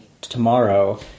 tomorrow